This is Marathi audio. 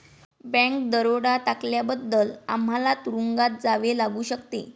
बँक दरोडा टाकल्याबद्दल आम्हाला तुरूंगात जावे लागू शकते